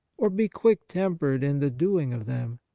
or be quick tempered in the doing of them.